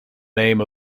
name